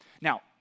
Now